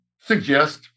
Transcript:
suggest